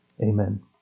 Amen